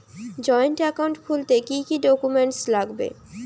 Joint account খুলতে কি কি ডকুমেন্টস লাগবে?